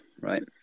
right